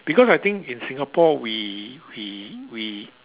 because I think in Singapore we we we